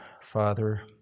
Father